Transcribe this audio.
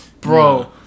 Bro